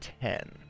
ten